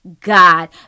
god